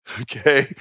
Okay